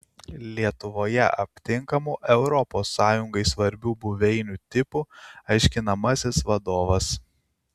lietuvoje aptinkamų europos sąjungai svarbių buveinių tipų aiškinamasis vadovas